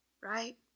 right